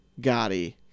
Gotti